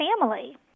family